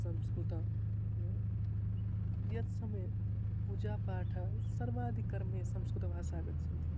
संस्कृतं यत् यत् समये पूजापाठं सर्वादिकर्मे संस्कृतभाषा आगच्छति